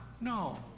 No